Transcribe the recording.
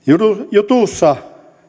jutussa